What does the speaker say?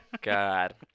God